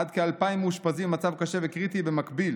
עד כ-2,000 מאושפזים במצב קשה וקריטי במקביל